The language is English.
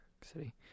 City